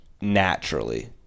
naturally